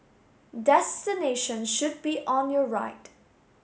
destination should be on your right